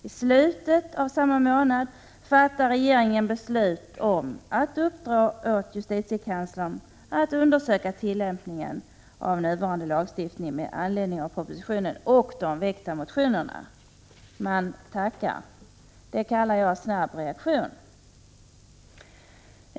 I slutet av samma månad fattade regeringen beslut om att uppdra åt justitiekanslern att undersöka tillämpningen av nuvarande lagstiftning med anledning av propositionen och de väckta motionerna. Man tackar! Det kallar jag snabb reaktion.